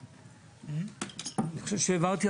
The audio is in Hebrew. ידעתי שהחברות ייפגעו.